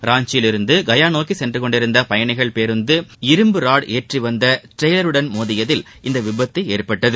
ராஞ்சியிலிருந்துகபாநோக்கிசென்றகொண்டிருந்தபயணிகள் பேருந்து இரும்பு ராடுஏந்திவந்தட்ரெய்லருடன் மோதியதில் இந்தவிபத்துஏற்பட்டது